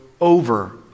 over